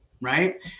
Right